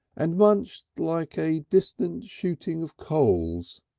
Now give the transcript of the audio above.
and munched like a distant shooting of coals.